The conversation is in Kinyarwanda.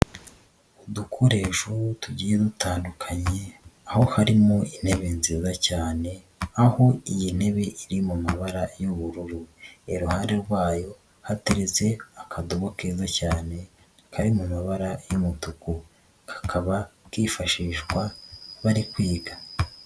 Udukoresho tugiye dutandukanye, aho harimo intebe nziza cyane, aho iyi ntebe iri mu mabara y'ubururu. Iruhande rwayo hateretse akadomo keza cyane, kari mu mabara y'umutuku. Kakaba kifashishwa bari kwiga.